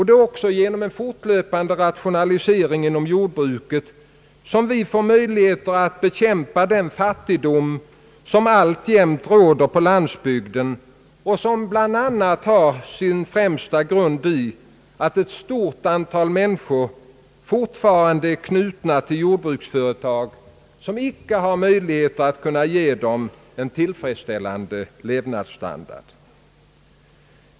Det är också genom en fortlöpande rationalisering inom jordbruket som vi får möjlighet att bekämpa den fattigdom, som alltjämt råder på landsbygden och som bl.a. har sin främsta grund i att ett stort antal människor fortfarande är knutna till jordbruksföretag, vilka icke har möjligheter att ge dem en tillfredsställande levnadsstandard.